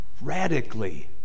radically